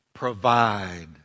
provide